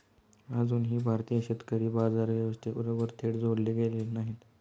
अजूनही भारतीय शेतकरी बाजार व्यवस्थेबरोबर थेट जोडले गेलेले नाहीत